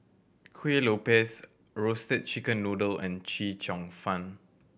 Kueh Lopes Roasted Chicken Noodle and Chee Cheong Fun